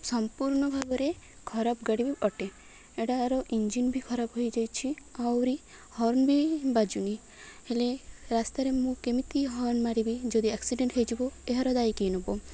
ସମ୍ପୂର୍ଣ୍ଣ ଭାବରେ ଖରାପ ଗାଡ଼ି ବି ଅଟେ ଏଟାର ଇଞ୍ଜିିନ ବି ଖରାପ ହୋଇଯାଇଛି ଆହୁରି ହର୍ଣ୍ଣ ବି ବାଜୁନି ହେଲେ ରାସ୍ତାରେ ମୁଁ କେମିତି ହର୍ଣ୍ଣ ମାରିବି ଯଦି ଆକ୍ସିଡ଼େଣ୍ଟ ହେଇଯିବ ଏହାର ଦାୟୀ କିଏ ନବ